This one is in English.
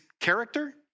character